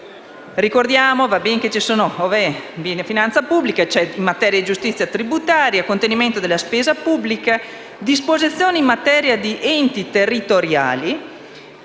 Ricordiamo, oltre alla finanza pubblica, interventi in materia di giustizia tributaria, contenimento della spesa pubblica, disposizioni in materia di enti territoriali,